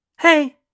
Hey